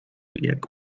jak